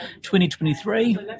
2023